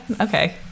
okay